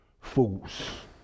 fools